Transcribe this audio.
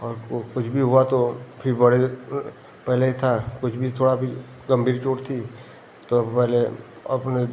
और वो कुछ भी हुआ तो फिर बड़े पहले था कुछ भी थोड़ा भी गंभीर चोट थी तो पहले अपने